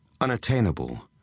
unattainable